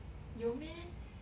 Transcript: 有 meh